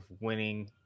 winning